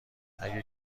اگه